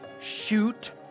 Shoot